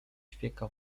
ćwieka